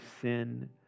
sin